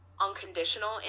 unconditional